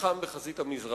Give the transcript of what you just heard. לחם בחזית המזרח.